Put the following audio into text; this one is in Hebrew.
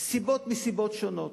סיבות מסיבות שונות.